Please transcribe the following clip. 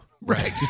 right